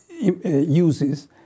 uses